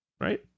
right